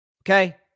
Okay